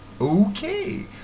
okay